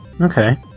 Okay